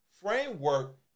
framework